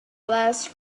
less